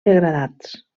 degradats